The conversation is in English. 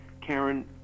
Karen